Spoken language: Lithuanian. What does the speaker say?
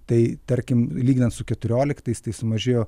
tai tarkim lyginant su keturioliktais tai jis mažėjo